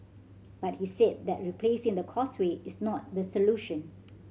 but he said that replacing the Causeway is not the solution